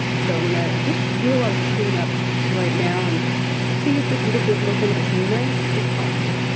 so i'm gonna just do a lotta cleanup right now and see if we can get this looking as nice as possible.